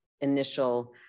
initial